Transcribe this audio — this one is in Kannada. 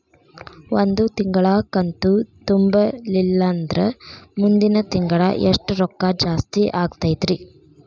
ಒಂದು ತಿಂಗಳಾ ಕಂತು ತುಂಬಲಿಲ್ಲಂದ್ರ ಮುಂದಿನ ತಿಂಗಳಾ ಎಷ್ಟ ರೊಕ್ಕ ಜಾಸ್ತಿ ಆಗತೈತ್ರಿ?